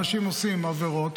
אנשים עושים עבירות,